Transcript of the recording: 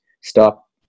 stop